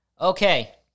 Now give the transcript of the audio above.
Okay